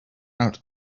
out